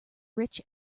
rich